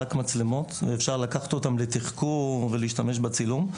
מצלמות, ואפשר לקחת אותן לתחקור ולהשתמש בצילום.